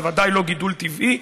זה בוודאי לא גידול טבעי.